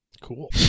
Cool